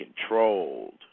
controlled